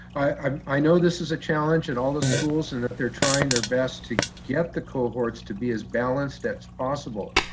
um i know this is a challenge in all those schools and that they're trying their best to get the cohorts to be as balanced as possible.